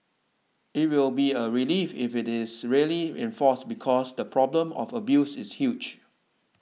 it will be a relief if it is really enforced because the problem of abuse is huge